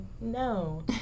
no